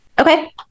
okay